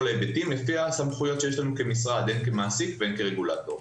ההיבטים לפי הסמכויות שיש לנו כמשרד הן כמעסיק והן כרגולטור.